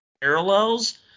parallels